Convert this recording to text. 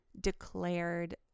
declared